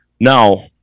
Now